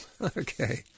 Okay